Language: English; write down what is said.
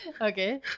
Okay